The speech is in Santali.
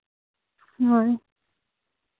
ᱦᱳᱭ